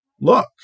look